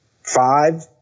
five